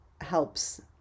helps